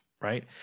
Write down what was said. right